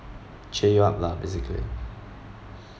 cheer you up lah basically